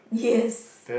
yes